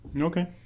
Okay